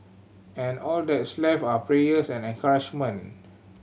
and all that's left are prayers and encouragement